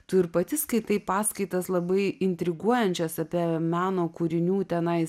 tu ir pati skaitai paskaitas labai intriguojančias apie meno kūrinių tenai